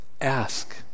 ask